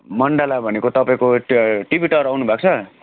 मण्डला भनेको तपाईँको ट टिभी टावर आउनुभएको छ